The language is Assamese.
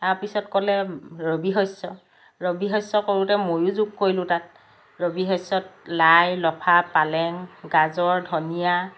তাৰপিছত ক'লে ৰবি শস্য ৰবি শস্য কৰোঁতে ময়ো যোগ কৰিলোঁ তাত ৰবি শস্যত লাই লফা পালেং গাজৰ ধনিয়া